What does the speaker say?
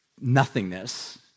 nothingness